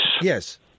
Yes